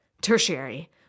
Tertiary